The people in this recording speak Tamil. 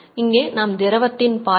இங்கே நாம் திரவத்தின் பாய்வை